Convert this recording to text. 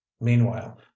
meanwhile